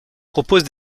propose